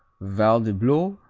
valdeblore,